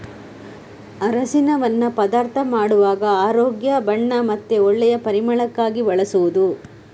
ಅರಸಿನವನ್ನ ಪದಾರ್ಥ ಮಾಡುವಾಗ ಆರೋಗ್ಯ, ಬಣ್ಣ ಮತ್ತೆ ಒಳ್ಳೆ ಪರಿಮಳಕ್ಕಾಗಿ ಬಳಸುದು